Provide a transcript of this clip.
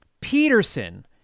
Peterson